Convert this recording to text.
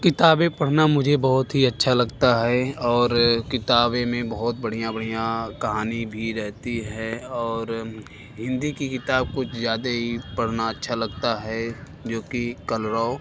किताबें पढ़ना मुझे बहुत ही अच्छा लगता है और किताबों मैं बहुत बढ़िया बढ़िया कहानी भी रहती है और हिन्दी कि किताब कुछ ज़्यादा ही पढ़ना अच्छा लगता है जो कि कलरौ